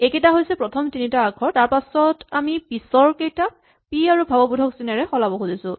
এইকেইটা হৈছে প্ৰথম তিনিটা আখৰ তাৰপাছত আমি পিছৰকেইটাক পি আৰু ভাৱবোধক চিনেৰে সলাব খুজিছো